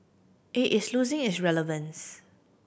it is losing its relevance